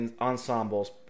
ensembles